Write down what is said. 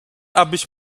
abyś